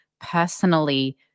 personally